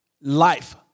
Life